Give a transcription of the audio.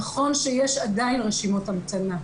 נכון שיש עדיין רשימות המתנה,